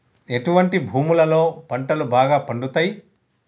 ఎటువంటి భూములలో పంటలు బాగా పండుతయ్?